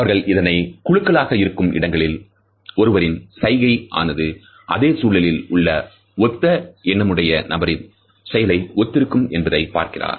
அவர் இதனை குழுக்களாக இருக்கும் இடங்களில் ஒருவரின் சைகை ஆனது அதே குழுவில் உள்ள ஒத்த எண்ணமுடைய நபரின் செயலை ஒத்திருக்கும் என்பதை பார்க்கிறார்